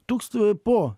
tūkst po